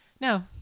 No